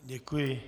Děkuji.